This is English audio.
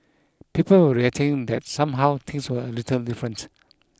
people were reacting that somehow things were a little different